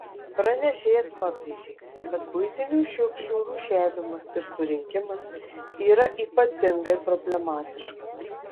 pranešėjas pabrėžė kad buitinių šiukšlių rūšiavimas ir surinkimas yra ypatingai problematiškas